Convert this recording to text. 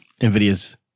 NVIDIA's